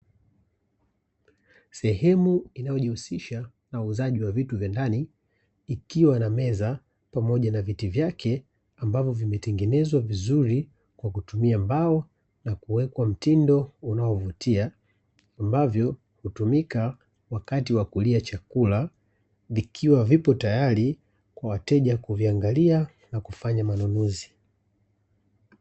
Sehemu inayojihusisah na uuzaji wa vitu vya ndani ikiwa na meza pamoja na vitu vyake ambavyo vimetengenezwa vizuri kwa kutumia mbao na kuwekwa mtindo unaovutia, ambavyo hutumika wakati wa kulia chakula vikiwa vipo tayari kwa wateja kununu na kufanya manunuzi.